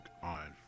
On